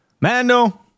Mando